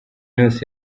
yose